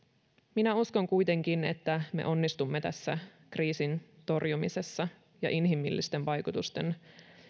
minä uskon kuitenkin että me onnistumme tässä kriisin torjumisessa ja inhimillisten vaikutusten